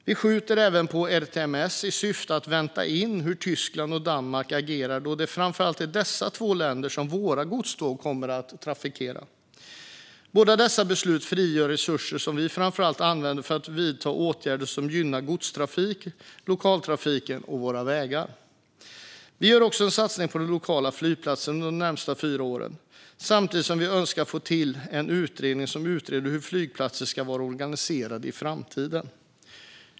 Vi skjuter även på ERTMS i syfte att vänta in hur Tyskland och Danmark agerar, då det framför allt är dessa två länder som våra godståg kommer att trafikera. Båda dessa beslut frigör resurser som vi framför allt använder för att vidta åtgärder som gynnar godstågstrafiken, lokaltrafiken och våra vägar. Vi gör också en satsning på de lokala flygplatserna under de närmaste fyra åren, samtidigt som vi önskar få till en utredning som utreder hur flygplatserna ska vara organiserade i framtiden.